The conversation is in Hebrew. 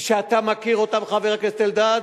שאתה מכיר אותן, חבר הכנסת אלדד,